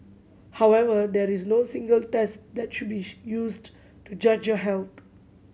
however there is no single test that should be used to judge your health